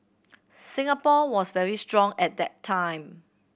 Singapore was very strong at that time